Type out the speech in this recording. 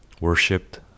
worshipped